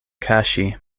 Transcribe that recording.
kaŝi